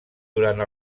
durant